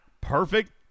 perfect